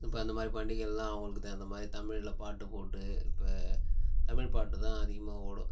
இப்போ அந்த மாதிரி பண்டிகைள்லாம் அவங்களுக்கு தகுந்த மாதிரி தமிழ்ல பாட்டு போட்டு இப்போ தமிழ் பாட்டுதான் அதிகமாக ஓடும்